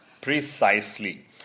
Precisely